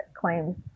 claims